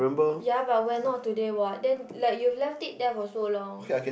ya but we're not today what then like you left it there for so long